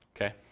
Okay